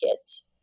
kids